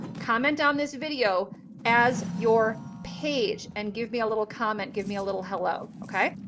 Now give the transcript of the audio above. comment on this video as your page and give me a little comment. give me a little hello. okay?